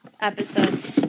episodes